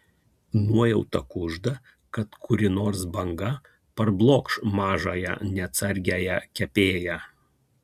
nuojauta kužda kad kuri nors banga parblokš mažąją neatsargiąją kepėją